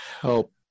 help